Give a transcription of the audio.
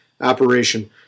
operation